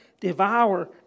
devour